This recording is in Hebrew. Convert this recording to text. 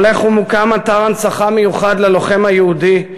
הולך ומוקם בלטרון אתר הנצחה מיוחד ללוחם היהודי,